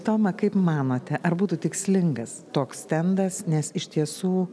toma kaip manote ar būtų tikslingas toks stendas nes iš tiesų